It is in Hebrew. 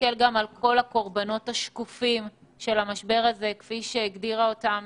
להסתכל על כל הקורבנות השקופים של המשבר הזה כפי שהגדירה אותם